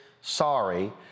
sorry